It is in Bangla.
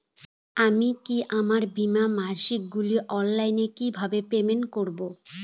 আমি কি আমার বীমার মাসিক শুল্ক অনলাইনে কিভাবে পে করব?